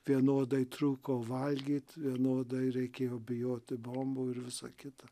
vienodai trūko valgyt vienodai reikėjo bijoti bombų ir visa kita